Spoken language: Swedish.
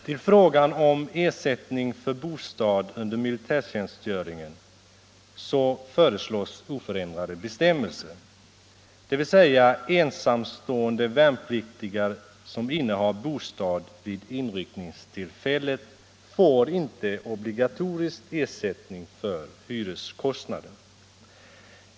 Beträffande ersättning för bostad under militärtjänstgöringen föreslås oförändrade bestämmelser, dvs. ensamstående värnpliktiga som innehar bostad vid inryckningstillfället får inte obligatoriskt ersättning för hyreskostnaden.